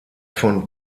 von